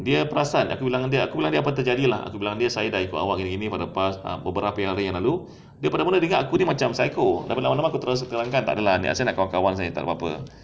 dia perasan aku bilang dia aku bilang apa yang terjadi lah aku bilang dia saya ikut awak gini gini beberapa hari yang lalu dia bodoh bodoh ingat aku ni macam psycho takde lah niat saya nak kawan-kawan jer takde apa-apa